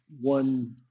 one